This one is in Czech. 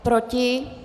Proti?